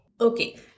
Okay